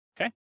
Okay